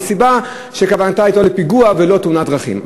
זאת סיבה, שהכוונה הייתה פיגוע ולא תאונת דרכים.